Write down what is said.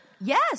Yes